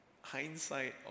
hindsight